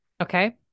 Okay